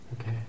Okay